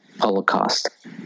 Holocaust